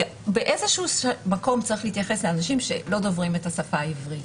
באיזשהו מקום צריך להתייחס לאנשים שלא דוברים את השפה העברית.